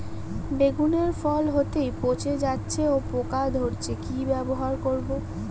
বেগুনের ফল হতেই পচে যাচ্ছে ও পোকা ধরছে কি ব্যবহার করব?